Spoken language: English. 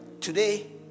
Today